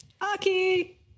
Aki